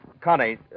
Connie